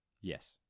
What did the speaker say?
Yes